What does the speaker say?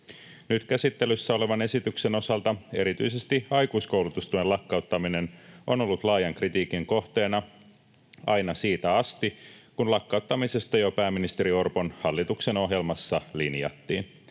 Nyt käsittelyssä olevan esityksen osalta erityisesti aikuiskoulutustuen lakkauttaminen on ollut laajan kritiikin kohteena aina siitä asti, kun lakkauttamisesta jo pääministeri Orpon hallituksen ohjelmassa linjattiin.